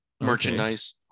merchandise